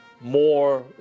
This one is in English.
more